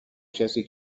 کسی